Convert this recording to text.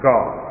God